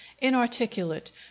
inarticulate